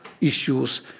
issues